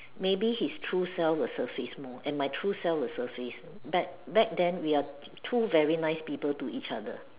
maybe his true self will surface more and my true self will surface back back then we are two very nice people to each other